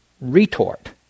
retort